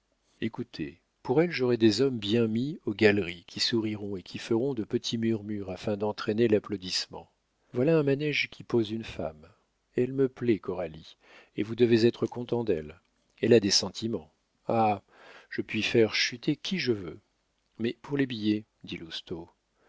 écoutez pour elle j'aurai des hommes bien mis aux galeries qui souriront et qui feront de petits murmures afin d'entraîner l'applaudissement voilà un manége qui pose une femme elle me plaît coralie et vous devez être content d'elle elle a des sentiments ah je puis faire chuter qui je veux mais pour les billets dit lousteau